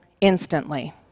instantly